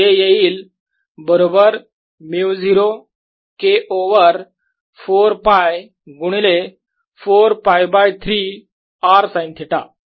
जे येईल बरोबर μ0 K ओवर 4 π गुणिले 4 π बाय 3 r साईन थिटा